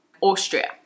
Austria